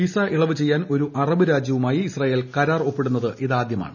visa ഇളവു ചെയ്യാൻ ഒരു അ്റബ് രാജ്യവുമായി ഇസ്രയേൽ കരാർ ഒപ്പിടുന്നത് ഇതാദൃമിട്ടിയാണ്